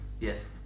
Yes